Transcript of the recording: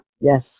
yes